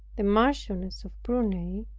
the marchioness of prunai,